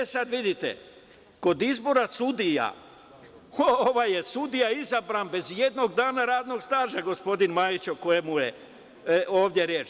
Sad, vidite, kod izbora sudija, ovaj je sudija izabran bez ijednog dana radnog staža, gospodin Majić, o kojem je ovde reč.